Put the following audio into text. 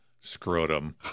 Scrotum